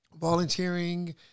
volunteering